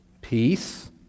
peace